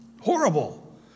horrible